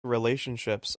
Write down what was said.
relationships